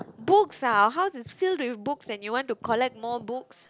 books ah our house is filled with books and you want to collect more books